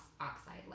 oxide